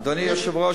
אדוני היושב-ראש,